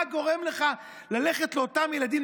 מה גורם לך ללכת לאותם ילדים,